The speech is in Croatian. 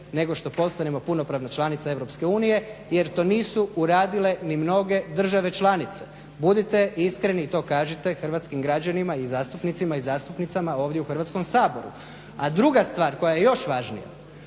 nego što postanemo punopravna članica Europske unije jer to nisu uradile ni mnoge države članice. Budite iskreni i to kažite hrvatskim građanima i zastupnicima i zastupnicama ovdje u Hrvatskom saboru. A druga stvar koja je još važnija,